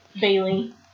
Bailey